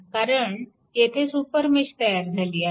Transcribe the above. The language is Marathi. कारण येथे सुपरमेश तयार झाली आहे